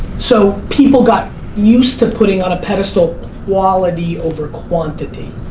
so people got used to putting on a pedestal quality over quantity.